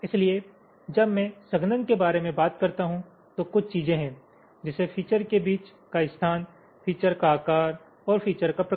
इसलिए जब मैं संघनन के बारे में बात करता हूं तो कुछ चीजें हैं जैसे फीचर के बीच का स्थान फीचर का आकार और फीचर का प्रकार